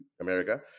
America